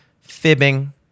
fibbing